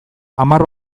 hamar